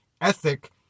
ethic